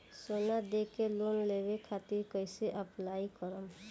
सोना देके लोन लेवे खातिर कैसे अप्लाई करम?